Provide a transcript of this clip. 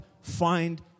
find